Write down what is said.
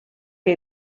che